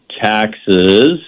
taxes